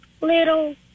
little